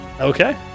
Okay